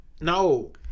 No